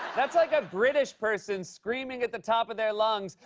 that's like a british person screaming at the top of their lungs,